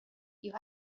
you